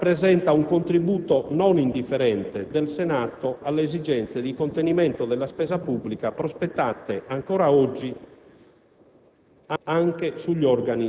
Tale riduzione rappresenta un contributo non indifferente del Senato alle esigenze di contenimento della spesa pubblica, prospettate ancora oggi